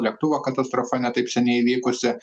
lėktuvo katastrofa ne taip seniai įvykusi